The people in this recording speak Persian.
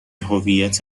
هویت